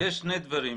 יש שני דברים.